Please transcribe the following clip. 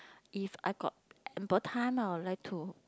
if I got ample time I will like to